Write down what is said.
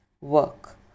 Work